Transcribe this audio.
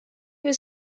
was